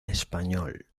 español